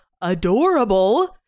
adorable